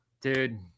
dude